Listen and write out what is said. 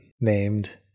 named